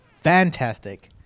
fantastic